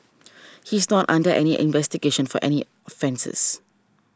he is not under investigation for any offences